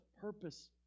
purpose